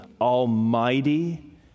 almighty